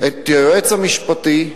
את היועץ המשפטי,